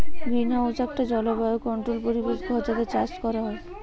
greenhouse একটা জলবায়ু controlled পরিবেশ ঘর যাতে চাষ কোরা হয়